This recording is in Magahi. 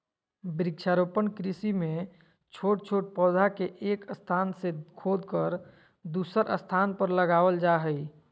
वृक्षारोपण कृषि मे छोट छोट पौधा के एक स्थान से खोदकर दुसर स्थान पर लगावल जा हई